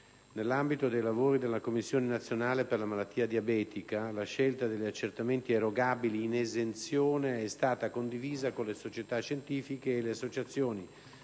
nell'ambito dei lavori della Commissione nazionale per la malattia diabetica, la scelta degli accertamenti erogabili in esenzione è stata condivisa con le società scientifiche e le associazioni